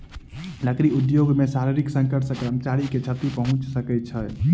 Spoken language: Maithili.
लकड़ी उद्योग मे शारीरिक संकट सॅ कर्मचारी के क्षति पहुंच सकै छै